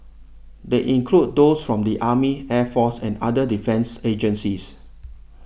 they include those from the army air force and other defence agencies